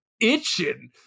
itching